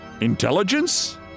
Intelligence